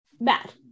bad